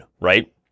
right